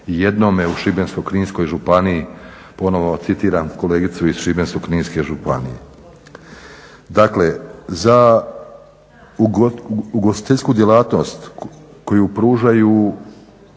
jednome u Šibensko-kninskoj županiji, ponovo citiram kolegicu iz Šibensko-kninske županije. Dakle, za ugostiteljsku djelatnost koju pružaju